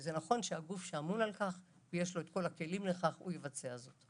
שזה נכון שהגוף שאמון על כך ויש לו כל הכלים לכך יבצע זאת.